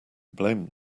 blame